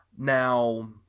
Now